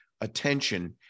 attention